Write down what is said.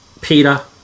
Peter